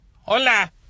Hola